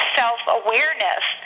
self-awareness